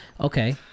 Okay